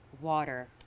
water